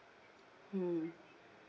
mm